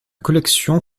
collection